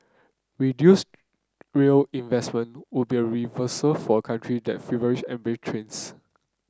reduced rail investment would be a reversal for a country that feverishly embraced trains